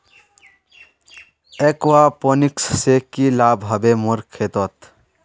aquaponics से की लाभ ह बे मोर खेतोंत